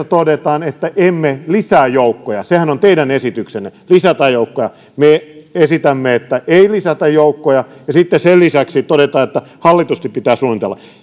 todetaan että emme lisää joukkoja sehän on teidän esityksenne lisätään joukkoja me esitämme että ei lisätä joukkoja ja sen lisäksi todetaan että hallitusti pitää suunnitella